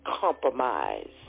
compromise